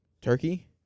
Turkey